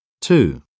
Two